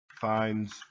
finds